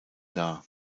dar